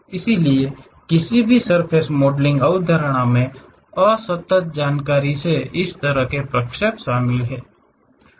इसलिए किसी भी सर्फ़ेस मॉडलिंग अवधारणा में असतत जानकारी से इस तरह के प्रक्षेप शामिल हैं